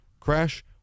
Crash